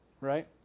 right